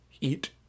eat